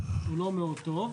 שהוא לא מאוד טוב,